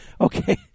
Okay